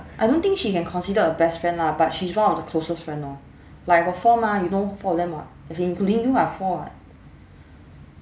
I don't think she can considered a best friend lah but she's one of the closest friend lor like I got four mah you know four of them [what] as in including you ah four